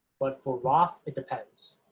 but for roth it depends.